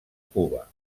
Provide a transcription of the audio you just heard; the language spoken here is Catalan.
cuba